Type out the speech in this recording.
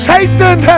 Satan